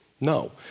No